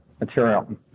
material